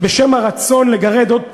בשם הרצון לגרד עוד פרומיל,